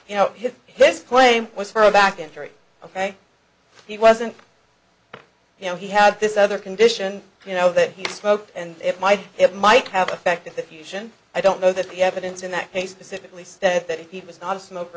you know his his claim was for a back injury ok he wasn't you know he had this other condition you know that he smoked and it might it might have affected the fusion i don't know that the evidence in that case pacifically steph that he was not a smoker